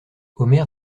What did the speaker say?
omer